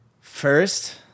First